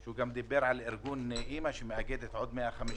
הם הכריזו על שביתה החל ממחר, הם לא פותחים את